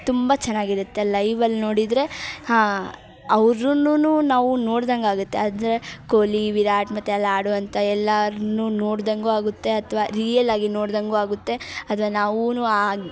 ತುಂಬ ಚೆನ್ನಾಗಿರತ್ತೆ ಲೈವಲ್ಲಿ ನೋಡಿದರೆ ಹಾಂ ಅವ್ರುನು ನಾವು ನೋಡ್ದಂಗೆ ಆಗುತ್ತೆ ಆದರೆ ಕೊಹ್ಲಿ ವಿರಾಟ್ ಮತ್ತು ಅಲ್ಲಿ ಆಡುವಂಥ ಎಲ್ಲರ್ನೂ ನೋಡಿದಂಗೂ ಆಗುತ್ತೆ ಅಥ್ವಾ ರಿಯಲ್ ಆಗಿ ನೋಡಿದಂಗೂ ಆಗುತ್ತೆ ಅಥವಾ ನಾವೂ ಆಗಿ